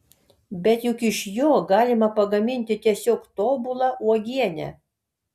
bet juk iš jo galima pagaminti tiesiog tobulą uogienę